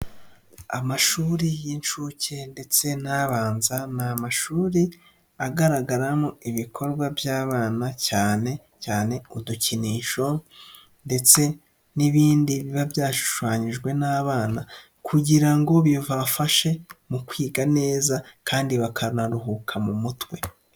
Amashuri y'inshuke ndetse n'abanza, ni amashuri agaragaramo ibikorwa by'abana cyane cyane udukinisho ndetse n'ibindi biba byashushanyijwe n'abana kugira ngo bibafashe mu kwiga neza kandi bakanaruhuka mu mutwe.